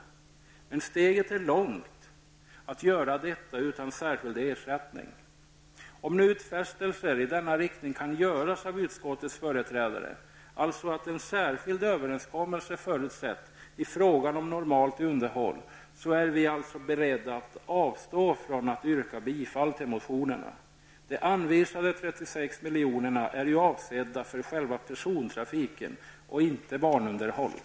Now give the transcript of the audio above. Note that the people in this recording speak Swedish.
Men steget är långt att göra detta utan särskild ersättning. Om nu utfästelser i denna riktning kan göras av utskottets företrädare, alltså att en särskild överenskommelse förutsätts i fråga om normalt underhåll, är vi beredda att avstå från att yrka bifall till motionerna. De anvisade 36 miljonerna är ju avsedda för själva persontrafiken och inte för banunderhållet.